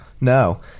no